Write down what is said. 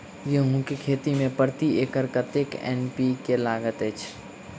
गेंहूँ केँ खेती मे प्रति एकड़ कतेक एन.पी.के लागैत अछि?